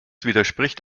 widerspricht